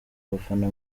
abafana